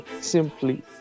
simply